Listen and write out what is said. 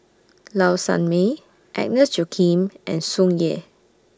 Low Sanmay Agnes Joaquim and Tsung Yeh